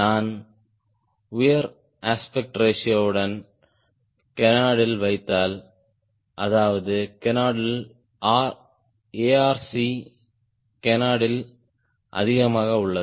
நான் உயர் அஸ்பெக்ட் ரேஷியோடன் கேனார்ட்ல் வைத்தால் அதாவது கேனார்ட்ல் ARc கேனார்ட்ல் அதிகமாக உள்ளது